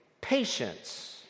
patience